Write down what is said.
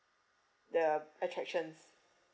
the attractions